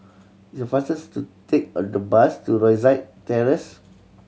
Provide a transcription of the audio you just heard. it's fastest to take a the bus to Rosyth Terrace